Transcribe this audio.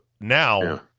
now